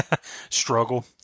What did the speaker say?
Struggle